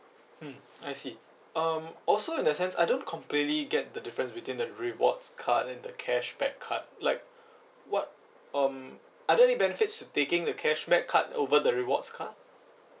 mm I see um also in the sense I don't completely get the difference between the rewards card and the cashback card like what um are there any benefits to taking the cashback card over the rewards card